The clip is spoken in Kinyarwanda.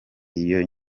iyo